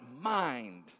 mind